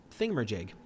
thingamajig